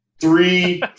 Three